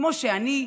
כמו שאני,